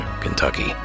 Kentucky